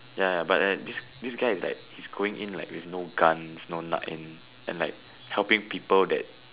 ya ya but then this guy is like he's going in like with no guns no nothing and like helping people that